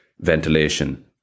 ventilation